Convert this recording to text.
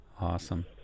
Awesome